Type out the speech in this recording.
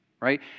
right